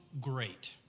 great